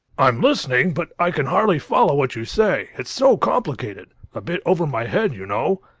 i'm listening, but i can hardly follow what you say. it's so complicated a bit over my head, you know.